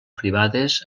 privades